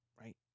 right